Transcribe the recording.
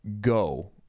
go